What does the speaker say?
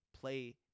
play